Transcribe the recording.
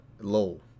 low